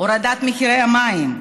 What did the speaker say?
הורדת מחירי המים,